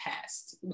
past